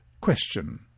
Question